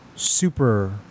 Super